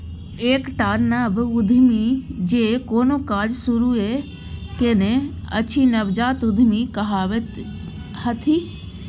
एकटा नव उद्यमी जे कोनो काज शुरूए केने अछि नवजात उद्यमी कहाबैत छथि